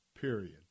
Period